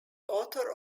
author